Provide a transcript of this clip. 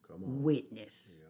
witness